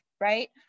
right